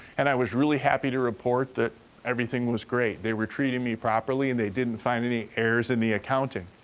and i was really happy to report that everything was great. they were treating me properly, and they didn't find any errors in the accounting.